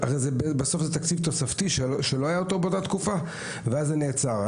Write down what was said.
בסוף זה תקציב תוספתי שלא היה באותה תקופה ואז זה נעצר.